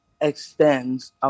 extends